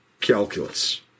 calculus